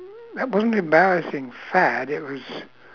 that wasn't embarrassing fad it was